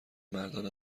مردان